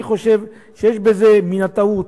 אני חושב שיש בזה מן הטעות,